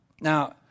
Now